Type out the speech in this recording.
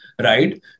right